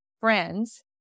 friends